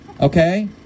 Okay